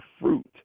fruit